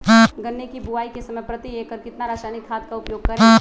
गन्ने की बुवाई के समय प्रति एकड़ कितना रासायनिक खाद का उपयोग करें?